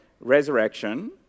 resurrection